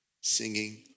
singing